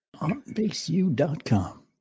OnBaseU.com